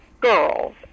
girls